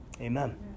Amen